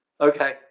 Okay